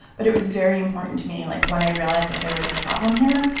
but it was very important to me. like, when i realized that there was a problem here,